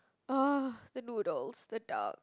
orh the noodles the duck